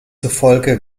zufolge